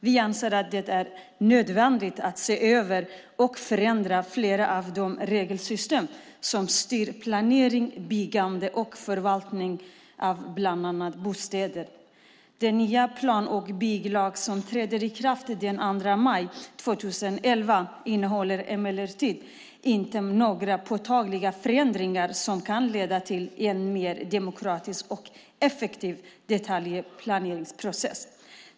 Vi anser att det är nödvändigt att se över och förändra flera av de regelsystem som styr planering, byggande och förvaltning av bland annat bostäder. Den nya plan och bygglag som träder i kraft den 2 maj 2011 innehåller emellertid inte några påtagliga förändringar som kan leda till en mer demokratisk och effektiv detaljplaneprocess.